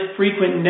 frequent